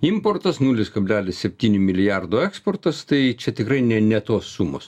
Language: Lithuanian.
importas nulis kablelis septyni milijardo eksportas tai čia tikrai ne ne tos sumos